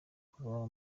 kuba